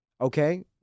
okay